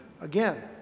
again